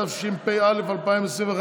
התשפ"א 2021,